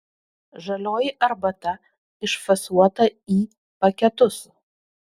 žalioji arbata išfasuota į paketus